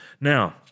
Now